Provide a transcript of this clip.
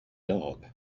dog